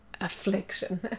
Affliction